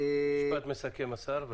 משפט מסכם, אדוני השר.